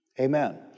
Amen